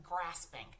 grasping